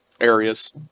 areas